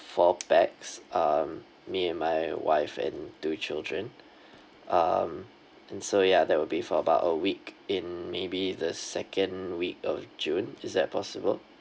four pax um me and my wife and two children um and so ya that will be for about a week in maybe the second week of june is that possible